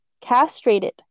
castrated